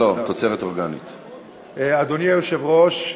אדוני היושב-ראש,